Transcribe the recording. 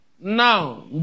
Now